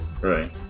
Right